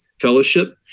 fellowship